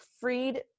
freed